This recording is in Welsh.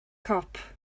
cop